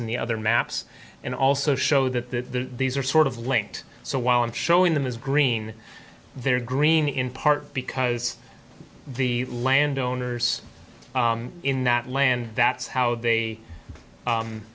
in the other maps and also show that the these are sort of linked so while i'm showing them is green they're green in part because the landowners in that land that's how they